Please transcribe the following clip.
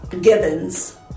givens